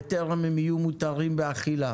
בטרם הם יהיו מותרים באכילה